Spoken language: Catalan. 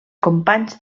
companys